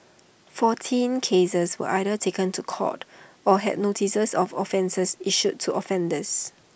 fourteen cases were either taken to court or had notices of offence issued to offenders